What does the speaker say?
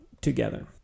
together